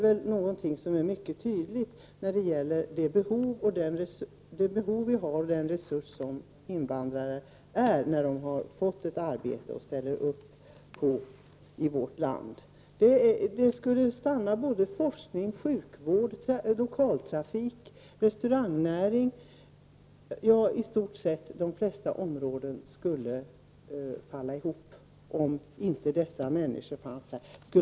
Det visar tydligt det behov som vi i Sverige har av invandrare och den resurs som de utgör när de väl har fått ett arbete. Forskning, sjukvård, lokaltrafik, restaurangnäring, ja, i stort sett de flesta områden skulle drabbas om inte dessa människor fanns i Sverige.